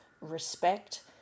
respect